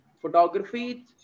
photography